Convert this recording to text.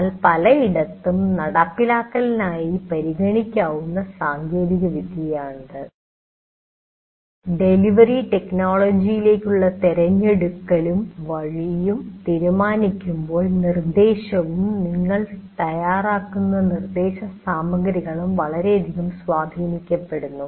എന്നാൽ പലയിടത്തും നടപ്പാക്കലിനായി തയ്യാറായി പരിഗണിക്കാവുന്ന സാങ്കേതികവിദ്യകൾ ആണിത് ഡെലിവറി ടെക്നോളജിയിലേക്കുള്ള തിരഞ്ഞെടുക്കലും വഴിയും തീരുമാനിക്കുമ്പോൾ നിർദ്ദേശവും നിങ്ങൾ തയ്യാറാക്കുന്ന നിർദ്ദേശസാമഗ്രികളും വളരയധികം സ്വാധീനക്കപെടുന്നു